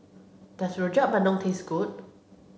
does Rojak Bandung taste good